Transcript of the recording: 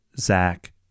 Zach